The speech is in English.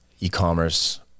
e-commerce